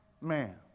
man